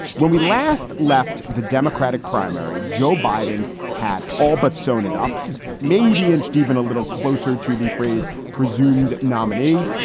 when we last left the democratic primary, joe biden had all but sewn it up. he's maybe and even a little closer to the phrase presumed nominee.